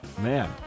man